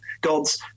gods